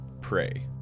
pray